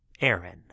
Aaron